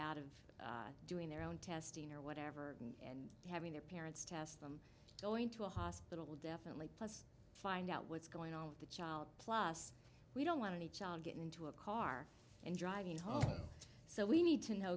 out of doing their own testing or whatever and having their parents test them going to a hospital definitely let's find out what's going on with the child plus we don't want any child getting into a car and driving home so we need to